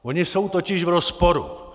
Ona jsou totiž v rozporu.